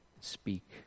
speak